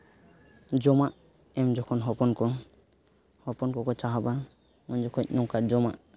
ᱡᱚᱢᱟᱜ ᱮᱢ ᱡᱚᱠᱷᱚᱱ ᱦᱚᱯᱚᱱ ᱠᱚ ᱦᱚᱯᱚᱱ ᱠᱚ ᱠᱚ ᱪᱟᱦᱟᱵᱟ ᱩᱱ ᱡᱚᱠᱷᱚᱱ ᱱᱚᱝᱠᱟ ᱡᱚᱢᱟᱜ